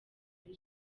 muri